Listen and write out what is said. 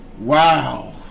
Wow